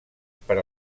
per